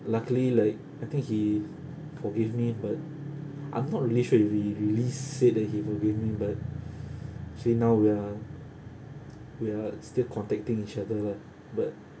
luckily like I think he forgive me but I'm not really sure if he really said that he forgive me but actually now we are we are still contacting each other lah but